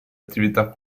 attività